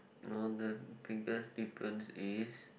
difference is